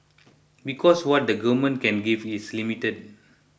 because what the government can give is limited